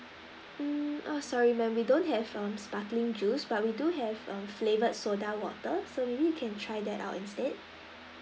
mm oh sorry ma'am we don't have um sparkling juice but we do have um flavoured soda water so maybe you can try that out instead